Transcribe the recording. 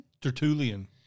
Tertullian